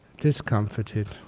discomforted